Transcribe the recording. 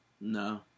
No